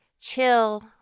chill